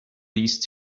these